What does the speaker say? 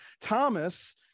Thomas